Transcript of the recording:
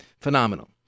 phenomenal